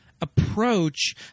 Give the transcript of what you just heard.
approach